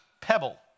pebble